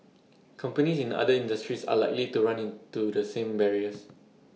companies in other industries are likely to run into the same barriers